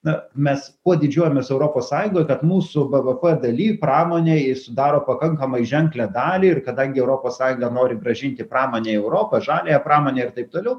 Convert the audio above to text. na mes kuo didžiuojamės europos sąjungoj kad mūsų bvp daly pramonė ji sudaro pakankamai ženklią dalį ir kadangi europos sąjunga nori grąžinti pramonę į europą žaliąją pramonę ir taip toliau